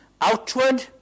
outward